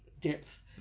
depth